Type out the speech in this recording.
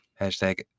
Hashtag